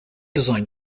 designed